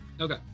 Okay